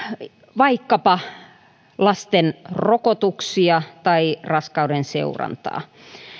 vaikkapa lasten rokotuksia tai raskauden seurantaa